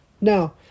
Now